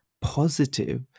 positive